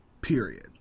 Period